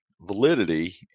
validity